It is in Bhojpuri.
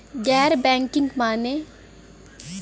गैर बैंकिंग माने?